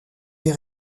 les